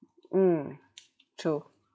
mm true